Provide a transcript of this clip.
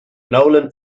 nolan